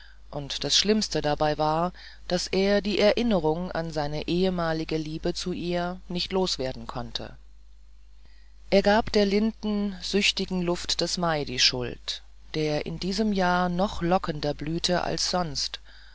und das schlimmste dabei war daß er die erinnerung an seine ehemalige liebe zu ihr nicht loswerden konnte er gab der linden süchtigen luft des mai die schuld der in diesem jahr noch lockender blühte als sonst